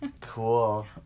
cool